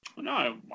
no